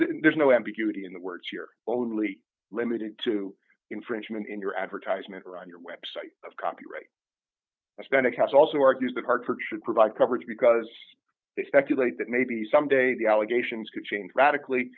there's no ambiguity in the words here only limited to infringement in your advertisement or on your website of copyright spending has also argued that hartford should provide coverage because they speculate that maybe someday the allegations could change radically